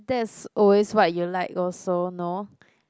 that's always what you like also no